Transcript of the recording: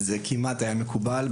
זה כמעט היה מקובל.